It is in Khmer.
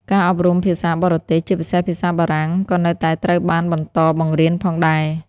ការអប់រំភាសាបរទេស ជាពិសេសភាសាបារាំង ក៏នៅតែត្រូវបានបន្តបង្រៀនផងដែរ។